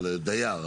על דייר.